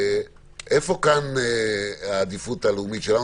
איפה כאן העדיפות הלאומית שלנו,